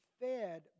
fed